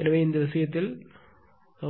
எனவே இந்த விஷயத்தில்